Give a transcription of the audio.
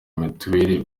mituweli